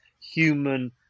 human